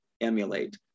emulate